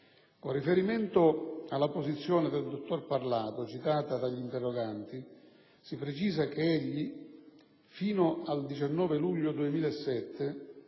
Con riferimento alla posizione del dottor Parlato citata dagli interroganti, si precisa che egli fino al 19 luglio 2007